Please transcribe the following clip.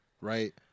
Right